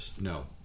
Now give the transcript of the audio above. no